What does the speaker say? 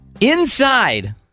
inside